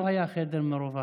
דווקא לא היה חדר מרווח.